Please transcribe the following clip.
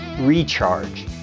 Recharge